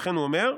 וכן הוא אומר,